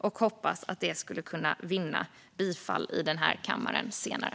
Jag hoppas att den kan vinna bifall i denna kammare.